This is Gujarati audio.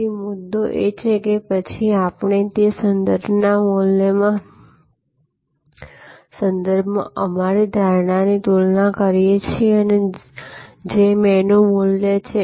તેથી મુદ્દો એ છે કે પછી આપણે તે સંદર્ભ મૂલ્યના સંદર્ભમાં અમારી ધારણાની તુલના કરીએ છીએ જે મેનુ મૂલ્ય છે